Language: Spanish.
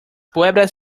pruebas